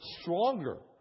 stronger